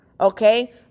okay